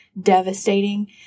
devastating